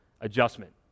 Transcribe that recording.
adjustment